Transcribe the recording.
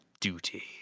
duty